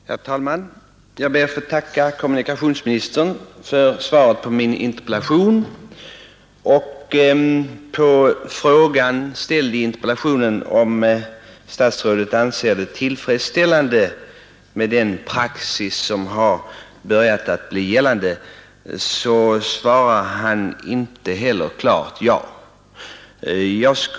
Herr talman! Jag ber att få tacka kommunikationsministern för svaret på min interpellation. På min fråga ställd i interpellationen, om statsrådet anser det tillfredsställande med den praxis som börjat bli gällande, svarar statsrådet emellertid inte ja.